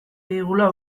digula